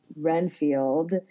Renfield